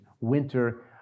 winter